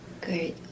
Great